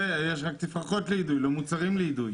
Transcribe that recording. גם תפרחות לאידוי.